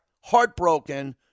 heartbroken